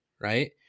right